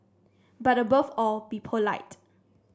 but above all be polite